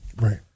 Right